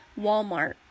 Walmart